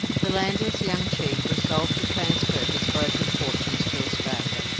the landless young chief resolved to transfer his broken fortunes to australia.